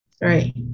right